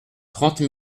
trente